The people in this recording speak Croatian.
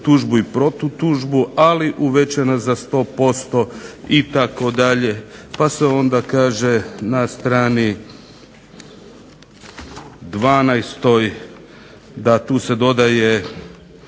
tužbu i protutužbu ali uvećana za 100% itd. Pa se onda kaže na strani 12 da tu se dodaje